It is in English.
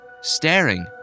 staring